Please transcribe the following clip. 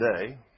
today